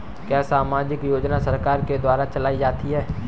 क्या सामाजिक योजना सरकार के द्वारा चलाई जाती है?